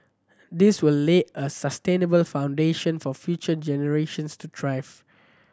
this will lay a sustainable foundation for future generations to thrive